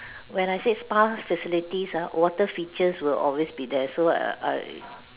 when I said spa facilities uh water features will always be there so err I